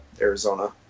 Arizona